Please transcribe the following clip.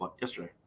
yesterday